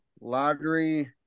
lottery